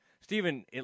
Stephen